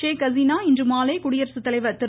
ஷேக் ஹசீனா இன்றுமாலை குடியரசுத்தலைவர் திரு